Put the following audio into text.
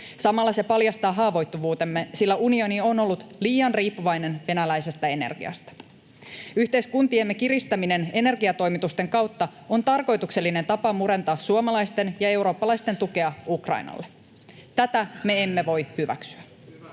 Samalla se paljastaa haavoittuvuutemme, sillä unioni on ollut liian riippuvainen venäläisestä energiasta. Yhteiskuntiemme kiristäminen energiatoimitusten kautta on tarkoituksellinen tapa murentaa suomalaisten ja eurooppalaisten tukea Ukrainalle. Tätä me emme voi hyväksyä.